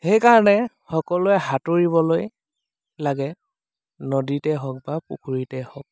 সেইকাৰণে সকলোৱে সাঁতুৰিবলৈ লাগে নদীতেই হওক বা পুখুৰীতে হওক